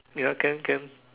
ya can can